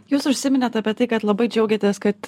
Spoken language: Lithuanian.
jūs užsiminėt apie tai kad labai džiaugiatės kad